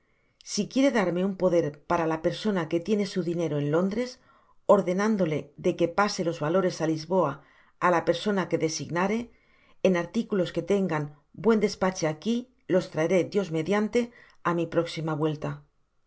si quiere darme un poder para la persona que tiene su dinero en lóndres ordenándole de que pase los valores á lisboa á la persona que designare en articulos que tengan buen despache aqui los traeré dios mediante á mi próxima vuelta